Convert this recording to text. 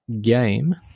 game